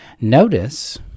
Notice